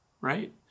right